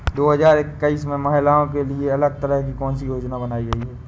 दो हजार इक्कीस में महिलाओं के लिए अलग तरह की कौन सी योजना बनाई गई है?